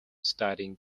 studying